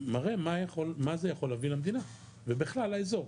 שמראה מה זה יכול להביא למדינה ובכלל לאזור.